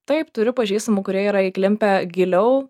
taip turiu pažįstamų kurie yra įklimpę giliau